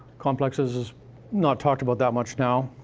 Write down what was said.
complexes is not talked about that much now.